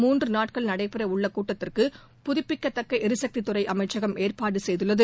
மூன்று நாட்கள் நடைபெறவுள்ள கூட்டத்திற்கு புதுப்பிக்கத்தக்க எரிசக்தித்துறை அமைச்சகம் ஏற்பாடு செய்துள்ளது